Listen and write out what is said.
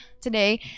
today